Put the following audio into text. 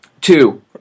Two